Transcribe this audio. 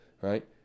right